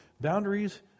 Boundaries